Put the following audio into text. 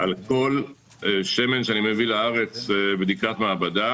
על כל שמן שאני מביא לארץ בדיקת מעבדה?